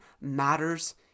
matters